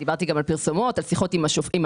דיברתי גם על פרסומות, על שיחות עם הסוכן.